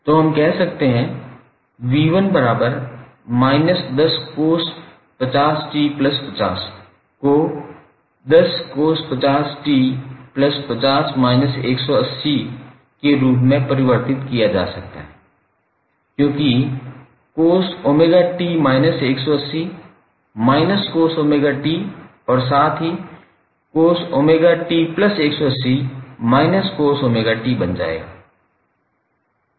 तो हम कह सकते हैं 𝑣1−10cos50𝑡50 को 10cos50𝑡50−180 के रूप में परिवर्तित किया जा सकता है क्योंकि cos𝜔𝑡−180 −cos𝜔𝑡 और साथ ही cos𝜔𝑡180 −cos𝜔𝑡 बन जाएगा